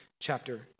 chapter